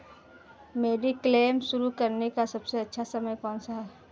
Mediclaim शुरू करने का सबसे अच्छा समय कौनसा है?